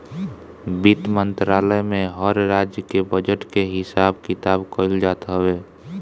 वित्त मंत्रालय में हर राज्य के बजट के हिसाब किताब कइल जात हवे